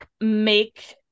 make